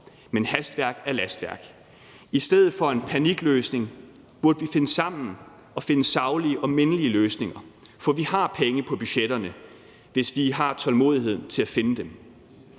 Men hastværk er lastværk. I stedet for en panikløsning burde vi finde sammen og finde saglige og mindelige løsninger. For vi har penge på budgetterne, hvis vi har tålmodigheden til at finde dem.